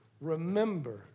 Remember